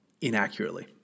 inaccurately